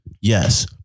Yes